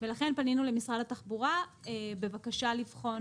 ולכן פנינו למשרד התחבורה בבקשה לבחון